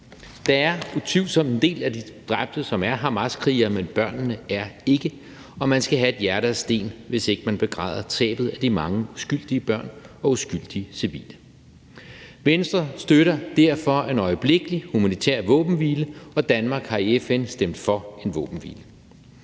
Der er utvivlsomt en del af de dræbte, som er hamaskrigere, men børnene er ikke, og man skal have et hjerte af sten, hvis man ikke begræder tabet af de mange uskyldige børn og uskyldige civile. Venstre støtter derfor øjeblikkelig humanitær våbenhvile, og Danmark har i FN stemt for en våbenhvile.